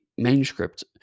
Manuscript